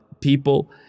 people